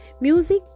Music